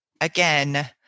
again